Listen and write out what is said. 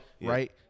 right